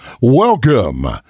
Welcome